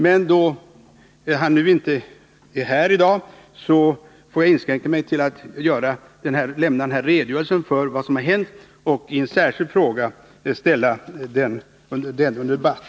Men då han inte är här i dag får jag inskränka mig till att lämna denna redogörelse för vad som har hänt och sedan genom en särskild fråga ställa detta under debatt.